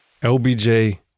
LBJ